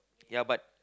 ya but